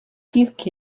kirk